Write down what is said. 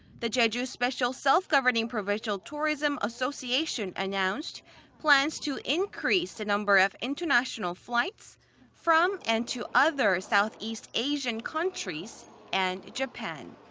the jeju special self-governing provincial tourism association announced plans to increase the number of international flights from and to other southeast asian countries and japan.